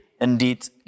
Indeed